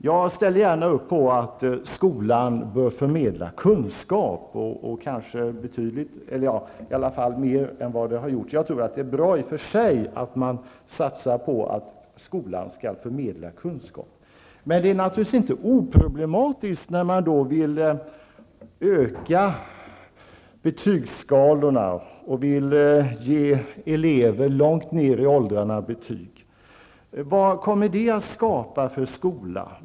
Jag ställer gärna upp på att skolan bör förmedla kunskap, kanske t.o.m. mer än vad som har gjorts. Det är bra i och för sig att man satsar på att skolan skall förmedla kunskap. Däremot är det inte helt oproblematiskt att öka betygskalorna och ge elever långt ner i åldrarna betyg. Vilken skola kommer detta att skapa?